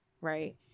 right